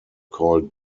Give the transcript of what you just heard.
called